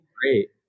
great